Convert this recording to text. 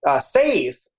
save